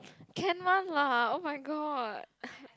can one lah oh-my-god